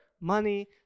money